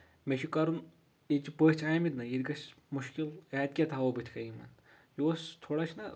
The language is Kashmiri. مےٚ چھُ کَرُن ییٚتہِ چھٕ پٔژھۍ آمٕتۍ نا ییٚتہِ گژھِ مُشکِل اتہِ کیاہ تھاوو بتھہٕ کنہِ یِمَن یہِ اوٚس تھوڑا نہ